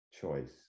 choice